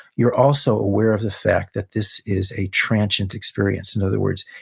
you're also aware of the fact that this is a transient experience in other words,